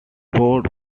bout